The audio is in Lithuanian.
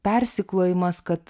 persiklojimas kad